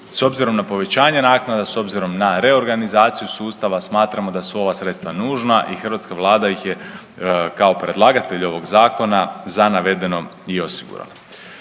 S obzirom na povećanje naknada, s obzirom na reorganizaciju sustava smatramo da su ova sredstva nužna i hrvatska Vlada ih je kao predlagatelj ovog zakona za navedeno i osigurala.